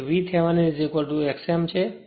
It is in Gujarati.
તો VThevenin x m છે